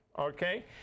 okay